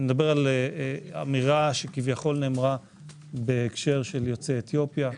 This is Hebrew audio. אני מדבר על אמירה שכביכול נאמרה בהקשר של יוצאי אתיופיה.